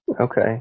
Okay